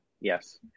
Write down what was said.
Yes